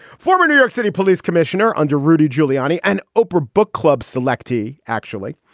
former new york city police commissioner under rudy giuliani and oprah book club selectees. actually,